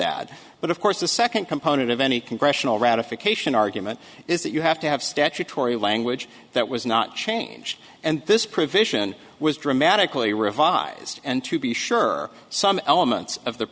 that but of course the second component of any congressional ratify cation argument is that you have to have statutory language that was not changed and this provision was dramatically revised and to be sure some elements of the